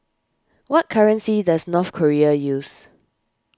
what currency does North Korea use